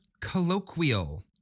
colloquial